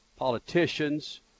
politicians